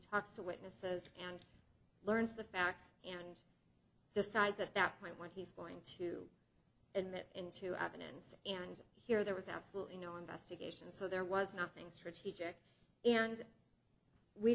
talks to witnesses and learns the facts and decide that that might want to going to admit into evidence and here there was absolutely no investigation so there was nothing strategic and we